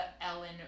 Ellen